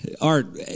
Art